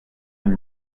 and